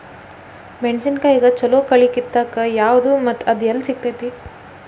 ಮೆಣಸಿನಕಾಯಿಗ ಛಲೋ ಕಳಿ ಕಿತ್ತಾಕ್ ಯಾವ್ದು ಮತ್ತ ಅದ ಎಲ್ಲಿ ಸಿಗ್ತೆತಿ?